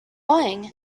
going